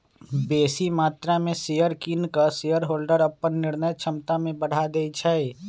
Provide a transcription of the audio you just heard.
बेशी मत्रा में शेयर किन कऽ शेरहोल्डर अप्पन निर्णय क्षमता में बढ़ा देइ छै